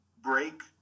break